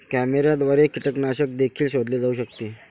कॅमेऱ्याद्वारे कीटकनाशक देखील शोधले जाऊ शकते